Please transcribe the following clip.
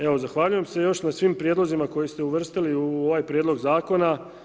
Evo, zahvaljujem se još na svim prijedlozima koji ste uvrstili u ovaj Prijedlog zakona.